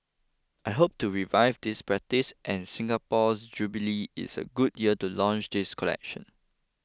I hope to revive this practice and Singapore's jubilee is a good year to launch this collection